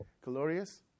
Glorious